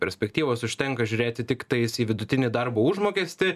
perspektyvos užtenka žiūrėti tiktais į vidutinį darbo užmokestį